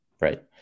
right